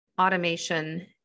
automation